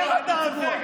אני צוחק.